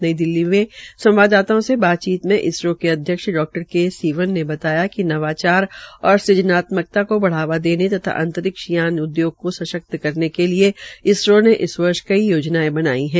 नई दिल्ली में संवाददाताओं से बातचीत में इसरो के अध्यक्ष डा के सीवन ने बताया कि नवाचार और सज़नात्मकता को बढ़ावा देने तथ अंतरिक्ष यान उद्योग को सशक्त करने के लिये इसरो ने इस वर्ष कई योजनायें बनाई है